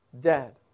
dead